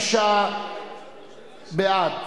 46 בעד,